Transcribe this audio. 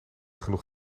genoeg